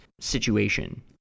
situation